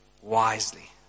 wisely